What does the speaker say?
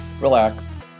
relax